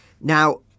Now